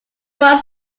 was